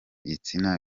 gitsina